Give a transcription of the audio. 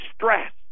stress